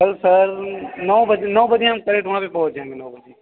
कल सर नौ नौ बजे नौ बजे सुबह में पहुँच जाएँगे हम